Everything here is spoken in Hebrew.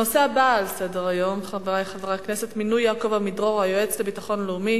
נעבור להצעות לסדר-היום בנושא: מינוי היועץ לביטחון לאומי